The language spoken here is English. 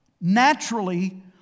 naturally